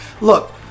Look